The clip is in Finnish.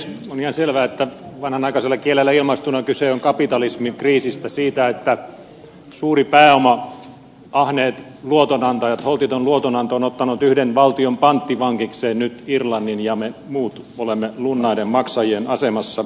on ihan selvää että vanhanaikaisella kielellä ilmaistuna kyse on kapitalismin kriisistä siitä että suuri pääoma ahneet luotonantajat holtiton luotonanto ovat ottaneet yhden valtion panttivangikseen nyt irlannin ja me muut olemme lunnaiden maksajien asemassa